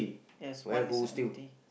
yes one is empty